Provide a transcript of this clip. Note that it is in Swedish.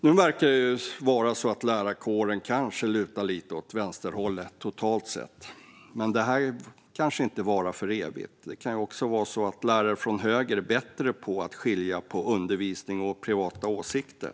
Nu verkar det vara så att lärarkåren lutar lite åt vänsterhållet totalt sett, men det kanske inte varar för evigt. Det kan också vara så att lärare från höger är bättre på att skilja på undervisning och privata åsikter.